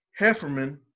Hefferman